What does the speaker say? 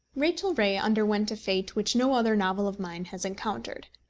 rachel ray underwent a fate which no other novel of mine has encountered.